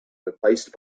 replaced